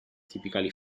typically